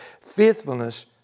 faithfulness